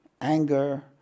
anger